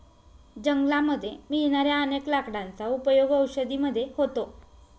जंगलामध्ये मिळणाऱ्या अनेक लाकडांचा उपयोग औषधी मध्ये होतो